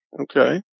Okay